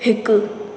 हिकु